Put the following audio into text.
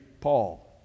Paul